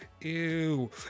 ew